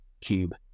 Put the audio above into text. cube